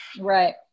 right